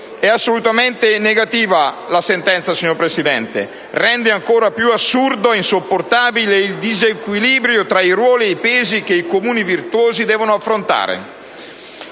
È assolutamente negativa la sentenza, signor Presidente: rende ancora più assurdo e insopportabile il disequilibrio tra i ruoli e i pesi che i Comuni virtuosi devono affrontare.